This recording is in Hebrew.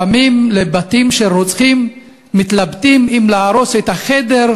לפעמים מתלבטים אם להרוס בבתים של רוצחים את החדר,